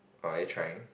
but will you trying